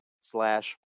slash